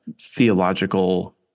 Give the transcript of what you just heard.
theological